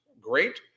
great